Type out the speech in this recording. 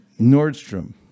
Nordstrom